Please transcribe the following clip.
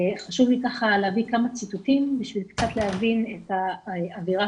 חשוב לי להביא כמה ציטוטים בשביל קצת להבין את האווירה